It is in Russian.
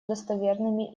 достоверными